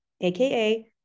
aka